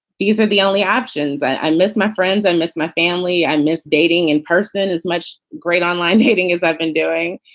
these are the only options. i miss my friends. i and miss my family. i miss dating in person is much great online dating as i've been doing.